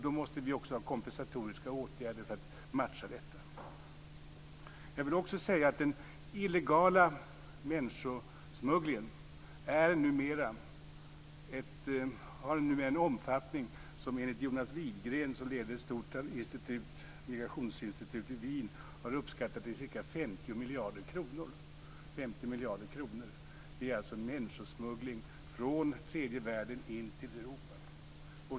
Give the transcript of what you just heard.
Då måste vi också ha kompensatoriska åtgärder för att matcha detta. Jag vill också säga att den illegala människosmugglingen numera har en omfattning som enligt Wien, har uppskattats till ca 50 miljarder kronor. Det är alltså en människosmuggling från tredje världen in till Europa.